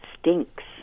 stinks